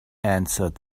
answered